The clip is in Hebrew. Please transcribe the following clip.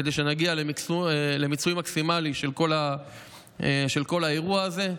כדי שנגיע למיצוי מקסימלי של כל האירוע הזה.